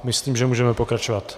Myslím, že můžeme pokračovat.